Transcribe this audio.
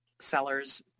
sellers